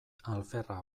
alferra